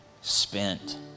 spent